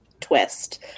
Twist